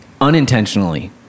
unintentionally